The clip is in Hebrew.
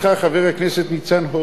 חבר הכנסת ניצן הורוביץ,